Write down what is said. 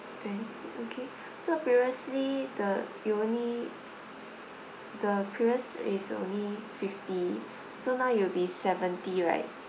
twenty okay so previously the you only the previous it's only fifty so now it'll be seventy right